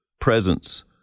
presence